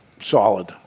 Solid